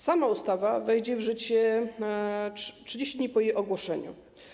Sama ustawa wejdzie w życie 30 dni po jej ogłoszeniu.